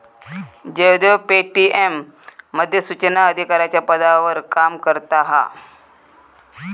Jaydev Paytm मध्ये सुचना अधिकाराच्या पदावर काम करता हा